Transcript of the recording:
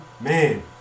man